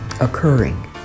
occurring